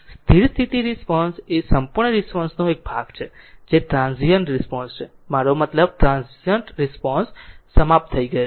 સ્થિર સ્થિતિ રિસ્પોન્સ એ સંપૂર્ણ રિસ્પોન્સ નો તે ભાગ છે જે ટ્રાન્ઝીયન્ટ રિસ્પોન્સ છે મારો મતલબ ટ્રાન્ઝીયન્ટ સમાપ્ત થઈ ગયો છે